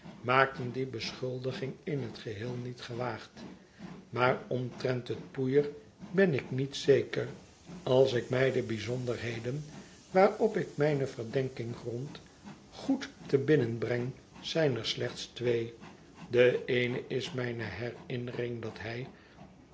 maakten die beschuldiging in het geheel niet gewaagd maar omtrent het poeier ben ik niet zeker als ik mij de bijzonderheden waarop ik mijne verdenking grond goed te binnen breng zijn er slechts twee de eene is mijne herinnering dat hij